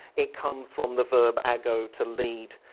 it comes from the verb ago to lead,